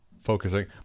focusing